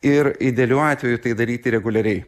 ir idealiu atveju tai daryti reguliariai